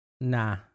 Nah